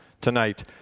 tonight